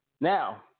Now